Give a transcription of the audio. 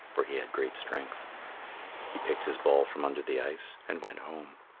for he had great strength he picked his ball from under the ice and went home.